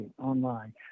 online